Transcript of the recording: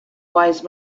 wise